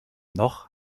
noch